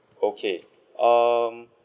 okay um